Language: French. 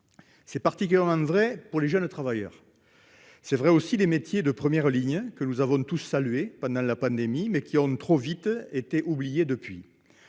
C'est particulièrement vrai des jeunes travailleurs. C'est vrai aussi des métiers de première ligne, que nous avons tous salués pendant la pandémie, mais qui ont trop vite été oubliés depuis.